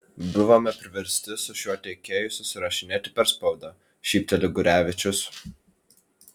buvome priversti su šiuo tiekėju susirašinėti per spaudą šypteli gurevičius